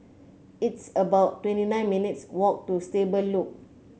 it's about twenty nine minutes' walk to Stable Loop